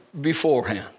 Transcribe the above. beforehand